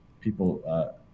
people